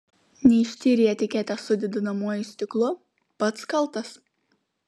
neištyrei etiketės su didinamuoju stiklu pats kaltas